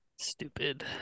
stupid